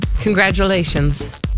Congratulations